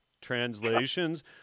translations